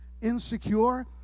insecure